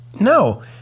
No